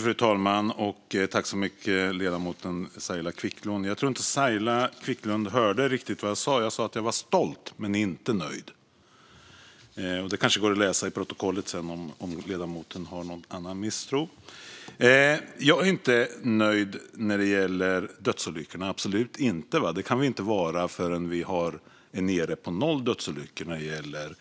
Fru talman och ledamoten Saila Quicklund! Jag tror inte att Saila Quicklund hörde riktigt vad jag sa. Jag sa att jag var stolt men inte nöjd. Det går att läsa i protokollet sedan om ledamoten misstror mig. Jag är inte nöjd när det gäller dödsolyckorna - absolut inte! Det kan vi självklart inte vara förrän vi är nere på noll dödsolyckor när det gäller